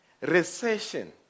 recession